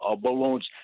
balloons